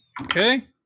Okay